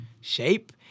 shape